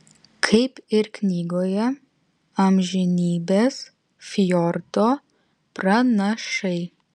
kaip ir knygoje amžinybės fjordo pranašai